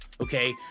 Okay